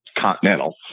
Continental